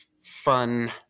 fun